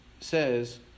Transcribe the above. says